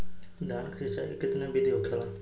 धान की सिंचाई की कितना बिदी होखेला?